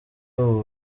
ubu